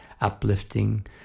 uplifting